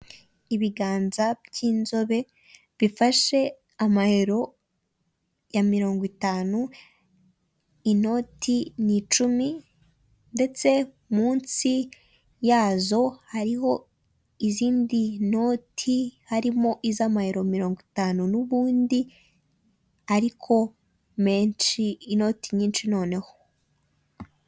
Ibiganza by'inzobe bifashe amaYero ya mirongo itanu, inoti ni icumi ndetse munsi yazo hariho izindi noti harimo iz'amayero mirongo itanu nubundi ariko menshi inoti nyinshi noneho.